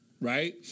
right